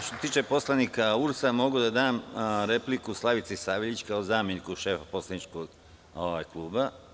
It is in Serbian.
Što se tiče poslanika URS mogu da dam repliku Slavici Saveljić, kao zameniku šefa poslaničkog kluba.